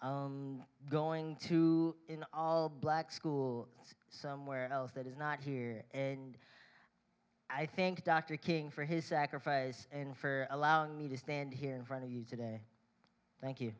going to in all black schools so where else that is not here and i think dr king for his sacrifice and for allowing me to stand here in front of you today thank you